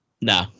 No